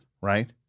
right